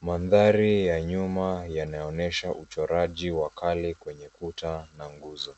Mandhari ya nyuma yanaonyesha uchoraji wa kale kwenye kuta na nguzo.